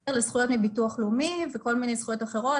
מעבר לזכויות מביטוח לאומי וכל מיני זכויות אחרות,